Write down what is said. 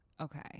okay